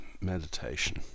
meditation